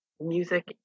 music